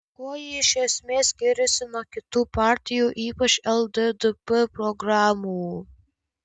kuo ji iš esmės skiriasi nuo kitų partijų ypač lddp programų